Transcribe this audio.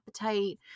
appetite